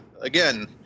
Again